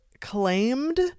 claimed